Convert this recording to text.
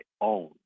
own